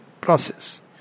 process